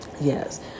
Yes